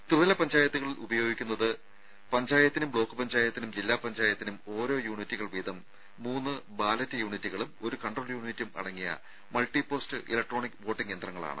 ത്രിതല പഞ്ചായത്തുകളിൽ ഉപയോഗിക്കുന്നത് പഞ്ചായത്തിനും ബ്ലോക്ക് പഞ്ചായത്തിനും ജില്ലാ പഞ്ചായത്തിനും ഓരോ യൂണിറ്റുകൾ വീതം മൂന്ന് ബാലറ്റ് യൂണിറ്റുകളും ഒരു കൺട്രോൾ യൂണിറ്റും അടങ്ങിയ മൾട്ടിപോസ്റ്റ് ഇലക്ട്രോണിക് വോട്ടിംഗ് യന്ത്രങ്ങളാണ്